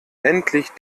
endlich